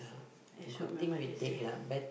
is what my mother say